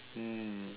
mm